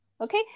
Okay